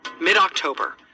Mid-October